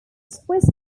swiss